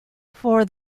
for